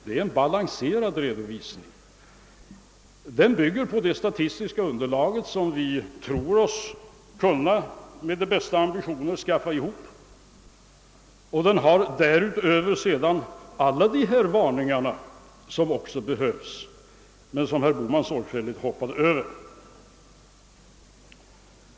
Det är en balanserad redovisning. Den bygger på det statistiska underlag, som vi med de bästa ambitioner samlat ihop, och den innehåller därutöver alla de varningar som också behövs men som herr Bohman sorgfälligt hoppade över.